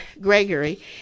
Gregory